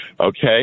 okay